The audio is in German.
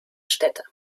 städte